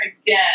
again